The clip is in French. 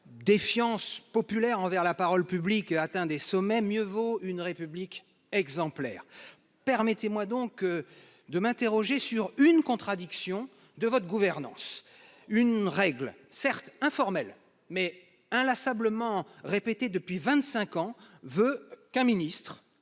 défiance populaire envers la parole publique atteint des sommets, mieux vaut une République exemplaire. Permettez-moi donc de m'interroger sur une contradiction de votre gouvernance : une règle, certes informelle, mais inlassablement répétée depuis vingt-cinq ans, veut qu'un ministre